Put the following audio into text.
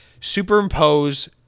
superimpose